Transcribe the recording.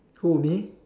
who me